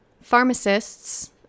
Pharmacists